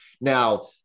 now